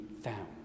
found